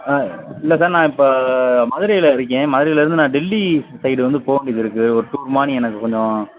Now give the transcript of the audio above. ஆ இல்லை சார் நான் இப்போ மதுரையில் இருக்கேன் மதுரையிலேருந்து நான் டெல்லி சைடு வந்து போக வேண்டியது இருக்குது ஒரு டூர் மாதிரி எனக்கு கொஞ்சம்